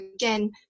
again